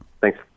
Thanks